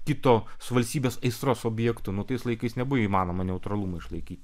kito su valstybės aistros objektu tais laikais nebuvo įmanoma neutralumą išlaikyti